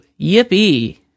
yippee